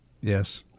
Yes